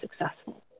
successful